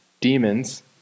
demons